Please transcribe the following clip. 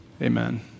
amen